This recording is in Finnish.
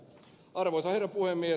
arvoisa herra puhemies